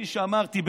שכפי שאמרתי,